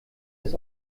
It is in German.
das